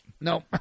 Nope